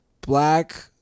Black